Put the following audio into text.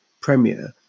Premiere